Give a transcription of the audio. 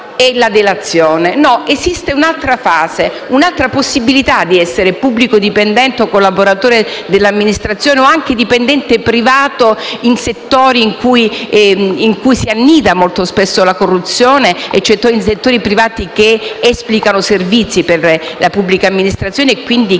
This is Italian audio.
e la delazione. No, esiste un'altra fase, un'altra possibilità di essere pubblico dipendente o collaboratore dell'amministrazione o anche dipendente privato in settori in cui si annida spesso la corruzione, come i settori privati che esplicano servizi per la pubblica amministrazione e quindi vivono